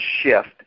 shift